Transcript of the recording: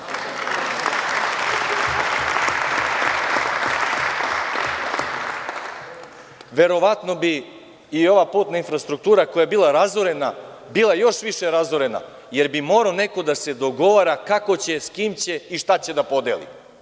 Verovatno bi i ova putna infrastruktura koja je bila razorena, bila još više razorena jer bi morao neko da se dogovara kako će, s kim će i šta će da podeli.